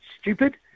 stupid